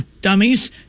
dummies